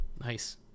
Nice